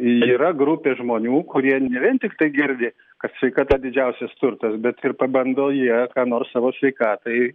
yra grupė žmonių kurie ne vien tiktai girdi kad sveikata didžiausias turtas bet ir pabando jie ką nors savo sveikatai